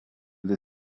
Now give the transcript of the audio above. the